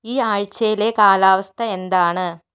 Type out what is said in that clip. ഈ ആഴ്ചയിലെ കാലാവസ്ഥ എന്താണ്